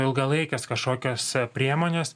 ilgalaikės kažkokios priemonės